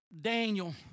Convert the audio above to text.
Daniel